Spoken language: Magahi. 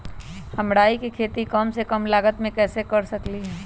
हम राई के खेती कम से कम लागत में कैसे कर सकली ह?